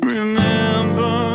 Remember